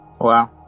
Wow